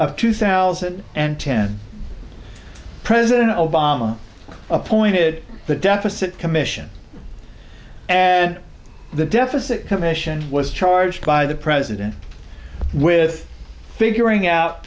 of two thousand and ten president obama appointed the deficit commission and the deficit commission was charged by the president with figuring out